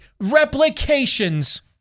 replications